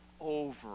over